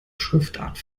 schriftart